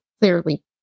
Clearly